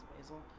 Basil